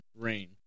Rain